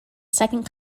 second